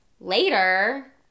later